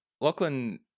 lachlan